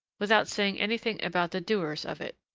without saying anything about the doers of it.